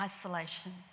isolation